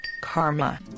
karma